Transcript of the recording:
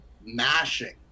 mashing